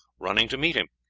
running to meet him.